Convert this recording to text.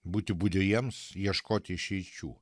būti budriems ieškoti išeičių